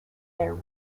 their